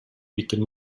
vilken